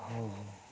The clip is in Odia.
ହଉ ହଉ